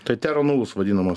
tai tero nulus vadinamas